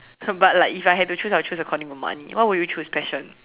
so but like if I have to choose according to money what would you choose passion